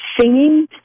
singing